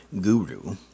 guru